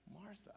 Martha